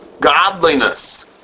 godliness